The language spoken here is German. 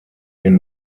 den